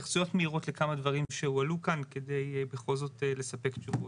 התייחסויות מהירות לכמה דברים שהועלו כאן כדי בכל זאת לספק תשובות.